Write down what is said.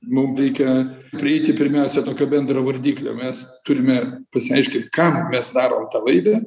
mum reikia prieiti pirmiausia tokio bendravardiklio mes turime pasiaiškint kam mes darom tą laidą